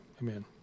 Amen